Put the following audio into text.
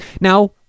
Now